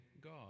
God